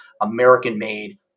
american-made